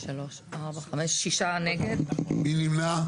מי נמנע?